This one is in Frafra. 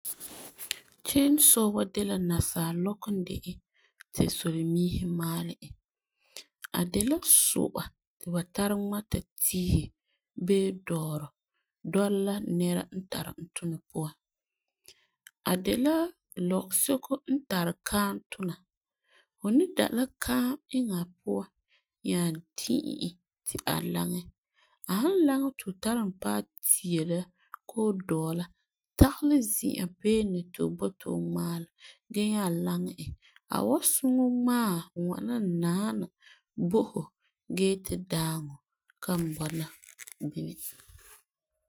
Kiin sɔɔ wa de la nasaa lɔkɔ n de e ti solemiisi maalɛ e. A de la su'a ti ba tara ŋmata tiisi bee dɔɔrɔ dɔla la nɛra n tari e tuna puan. A de la lɔkɔ seko n tari kaam tuna. Fu ni da kaam iŋɛ a puan nya di'e e ti a laŋɛ. A san laŋɛ ti fu tari e paɛ tia la koo dɔɔ la tagelɛ zi'an beene ti fu boti fu ŋmaa la gee nya laŋɛ e a wan suŋɛ ŋmaa ŋwana naana bo fu gee ti daaŋɔ kan bɔna bini.